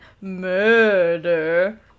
murder